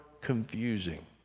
confusing